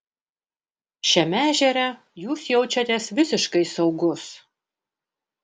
šiame ežere jūs jaučiatės visiškai saugus